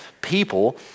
people